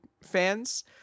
fans